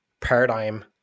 paradigm